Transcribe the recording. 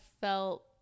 felt